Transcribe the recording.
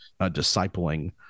discipling